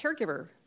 caregiver